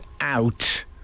out